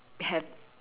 have